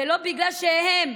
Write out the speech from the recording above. ולא בגלל שהם,